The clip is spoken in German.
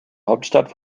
hauptstadt